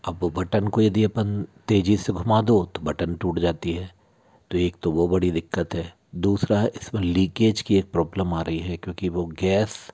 अब वो बटन को यदि अपन तेजी से घुमा दो तो बटन टूट जाती है तो एक तो वो बड़ी दिक्कत है दूसरा इसमें लीकेज की एक प्रॉब्लम आ रही है क्योंकि वो गैस